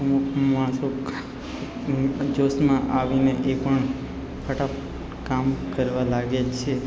અમુક માણસો જોશમાં આવીને એ પણ ફટાફટ કામ કરવા લાગે છે